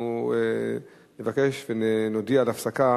אנחנו נבקש ונודיע על הפסקה